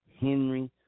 Henry